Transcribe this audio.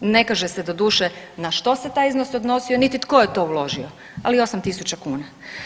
Ne kaže se doduše na što se taj iznos odnosio, niti tko je to uložio ali 8000 kuna.